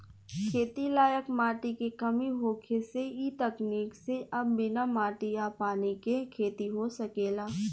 खेती लायक माटी के कमी होखे से इ तकनीक से अब बिना माटी आ पानी के खेती हो सकेला